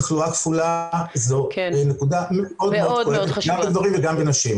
תחלואה כפולה זו נקודה מאוד מאוד כואבת גם בגברים וגם בנשים.